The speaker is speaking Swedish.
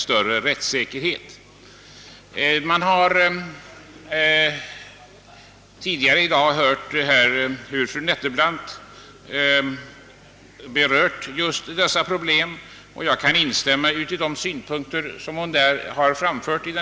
Fru Nettelbrandt har i dag berört just dessa problem, och jag kan instämma i de synpunkter som hon framfört.